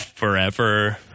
forever